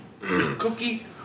Cookie